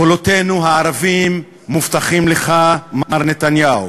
קולותינו, הערבים, מובטחים לך, מר נתניהו,